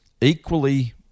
equally